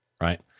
right